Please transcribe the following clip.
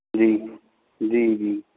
ਜੀ ਜੀ ਜੀ